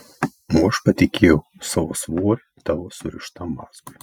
o aš patikėjau savo svorį tavo surištam mazgui